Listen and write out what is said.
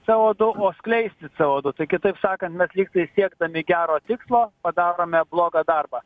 co du o skleisti co du tai kitaip sakant kad lygtai siekdami gero tikslo padarome blogą darbą